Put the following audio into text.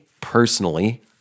personally